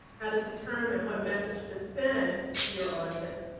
how to determine what message to send to your audience,